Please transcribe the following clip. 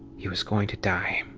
he was going to die.